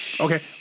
Okay